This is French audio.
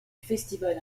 festival